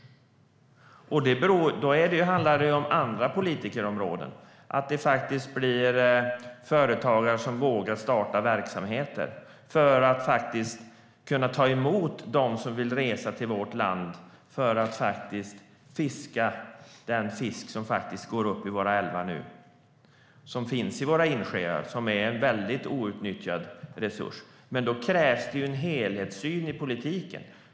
Då handlar det om andra politikområden, så att företagare faktiskt vågar starta verksamheter för att kunna ta emot dem som vill resa till vårt land för att fiska den fisk som går upp i våra älvar nu, som finns i våra insjöar och som till stor del är en outnyttjad resurs. Men då krävs det en helhetssyn i politiken.